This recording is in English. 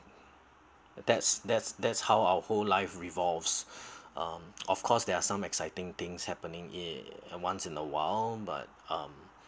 that's that's that's how our whole life revolves um of course there are some exciting things happening in uh once in a while but um